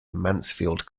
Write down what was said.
mansfield